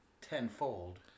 tenfold